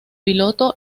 piloto